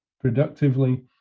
productively